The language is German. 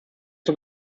zur